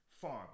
farm